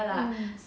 mm